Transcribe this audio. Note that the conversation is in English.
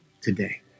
Today